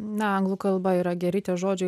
na anglų kalba yra geri tie žodžiai